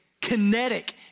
kinetic